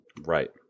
Right